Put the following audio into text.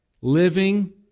Living